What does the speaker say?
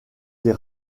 des